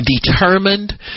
determined